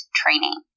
training